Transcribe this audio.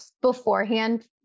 beforehand